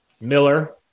Miller